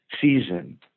season